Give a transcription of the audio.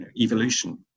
evolution